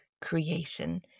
creation